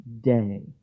day